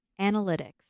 Analytics